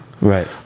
right